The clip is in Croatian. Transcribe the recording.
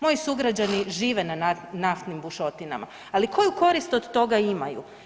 Moji sugrađani žive na naftnim bušotinama, ali koju korist od toga imaju?